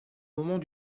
moment